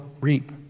reap